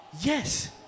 yes